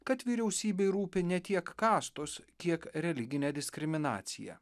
kad vyriausybei rūpi ne tiek kastos kiek religinė diskriminacija